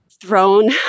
thrown